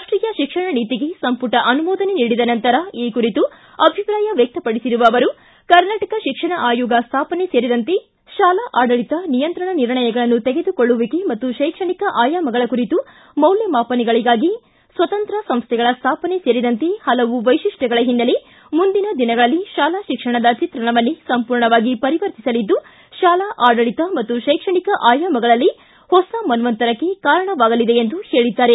ರಾಷ್ಟೀಯ ಶಿಕ್ಷಣ ನೀತಿಗೆ ಸಂಪುಟ ಅನುಮೋದನೆ ನೀಡಿದ ನಂತರ ಈ ಕುರಿತು ಅಭಿಪ್ರಾಯ ವ್ಯಕ್ತಪಡಿಸಿರುವ ಅವರು ಕರ್ನಾಟಕ ಶಿಕ್ಷಣ ಆಯೋಗ ಸ್ಥಾಪನೆ ಸೇರಿದಂತೆ ಶಾಲಾ ಆಡಳಿತ ನಿಯಂತ್ರಣ ನಿರ್ಣಯಗಳನ್ನು ತೆಗೆದುಕೊಳ್ಳುವಿಕೆ ಮತ್ತು ಶೈಕ್ಷಣಿಕ ಆಯಾಮಗಳ ಕುರಿತು ಮೌಲ್ಯಮಾಪನಗಳಿಗಾಗಿ ಸ್ವತಂತ್ರ ಸಂಸ್ಥೆಗಳ ಸ್ಥಾಪನೆ ಸೇರಿದಂತೆ ಹಲವು ವೈಶಿಷ್ಣ್ಯಗಳ ಹಿನ್ನೆಲೆ ಮಂದಿನ ದಿನಗಳಲ್ಲಿ ಶಾಲಾ ಶಿಕ್ಷಣದ ಚಿತ್ರಣವನ್ನೇ ಸಂಪೂರ್ಣವಾಗಿ ಪರಿವರ್ತಿಸಲಿದ್ದು ಶಾಲಾ ಆಡಳಿತ ಮತ್ತು ಶೈಕ್ಷಣಿಕ ಆಯಾಮಗಳಲ್ಲಿ ಹೊಸ ಮನ್ವಂತರಕ್ಕೆ ಕಾರಣವಾಗಲಿದೆ ಎಂದಿದ್ದಾರೆ